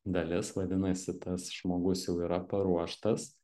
dalis vadinasi tas žmogus jau yra paruoštas